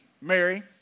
Mary